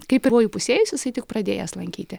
kaip ir įpusėjus jisai tik pradėjęs lankyti